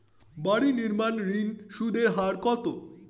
বাড়ি নির্মাণ ঋণের সুদের হার কত?